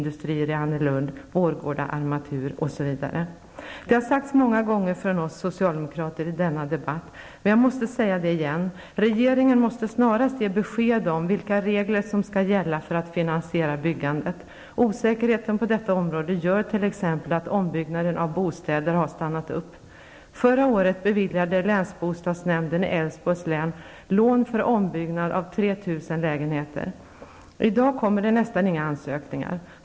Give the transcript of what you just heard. Det har sagts många gånger från oss socialdemokrater i denna debatt, men jag måste säga det igen: Regeringen måste snarast ge besked om vilka regler som skall gälla för att finasiera byggandet. Osäkerheten på detta område gör att t.ex. ombyggnaden av bostäder har stannat upp. dag kommer det nästan inga ansökningar.